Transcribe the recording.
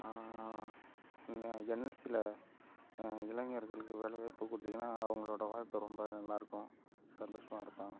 இந்த என்எம்சியில் இளைஞர்களுக்கு வேலை வாய்ப்பு கொடுத்தீங்கன்னா அவங்களோடய வாழ்க்கை ரொம்ப நல்லாருக்கும் சந்தோஷமாக இருப்பாங்கள்